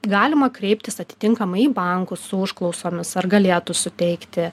galima kreiptis atitinkamai į bankus su užklausomis ar galėtų suteikti